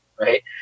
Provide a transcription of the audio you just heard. right